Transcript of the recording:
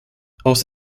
aus